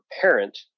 parent